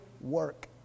work